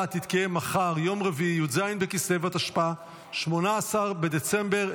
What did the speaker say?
התשפ"ה 2024,